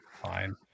Fine